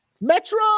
Metro